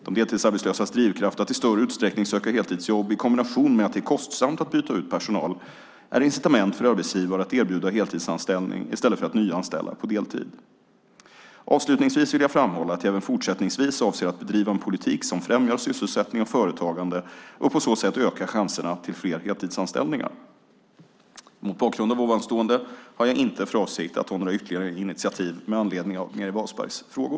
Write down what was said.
De deltidsarbetslösas drivkraft att i större utsträckning söka heltidsjobb i kombination med att det är kostsamt att byta ut personal är incitament för arbetsgivare att erbjuda heltidsanställning i stället för att nyanställa på deltid. Avslutningsvis vill jag framhålla att jag även fortsättningsvis avser att bedriva en politik som främjar sysselsättning och företagande och på så sätt öka chanserna till fler heltidsanställningar. Mot bakgrund av ovanstående har jag inte för avsikt att ta några ytterligare initiativ med anledning av Meeri Wasbergs frågor.